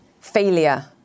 failure